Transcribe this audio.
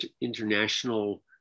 international